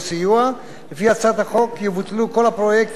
לפי הצעת החוק יבוטלו כל הפרויקטים שמקיימת